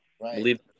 Right